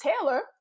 Taylor